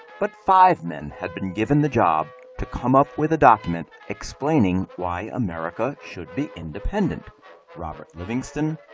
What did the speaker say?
but five men had been given the job to come up with a document explaining why america should be independent robert livingston,